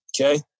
Okay